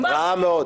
נכון.